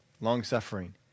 long-suffering